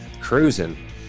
cruising